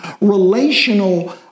relational